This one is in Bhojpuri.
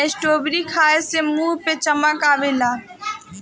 स्ट्राबेरी खाए से मुंह पे चमक आवेला